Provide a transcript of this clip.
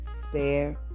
spare